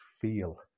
feel